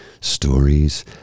stories